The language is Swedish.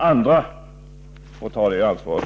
Andra får ta det ansvaret.